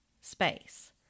space